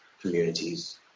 communities